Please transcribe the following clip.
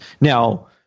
Now